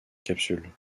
capsule